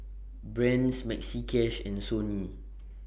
Brand's Maxi Cash and Sony